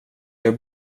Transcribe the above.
jag